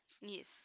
Yes